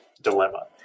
dilemma